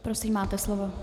Prosím, máte slovo.